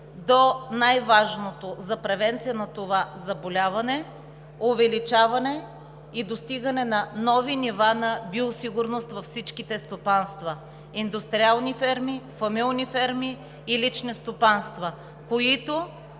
до най важното за превенцията на това заболяване – увеличаване и достигане на нови нива на биосигурност във всички стопанства, индустриални ферми, фамилни ферми и лични стопанства, които